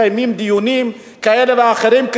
מקיימים דיונים כאלה ואחרים,